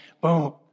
Boom